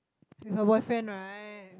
with her boyfriend right